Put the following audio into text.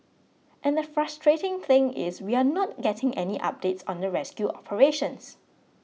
and the frustrating thing is we are not getting any updates on the rescue operations